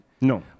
No